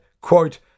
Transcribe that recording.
quote